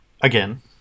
Again